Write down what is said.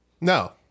No